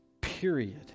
Period